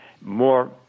More